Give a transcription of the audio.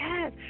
Yes